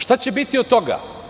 Šta će biti od toga?